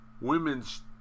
women's